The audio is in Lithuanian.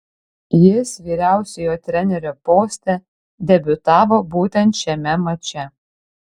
jis vyriausiojo trenerio poste debiutavo būtent šiame mače